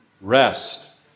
rest